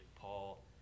Paul